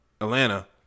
Atlanta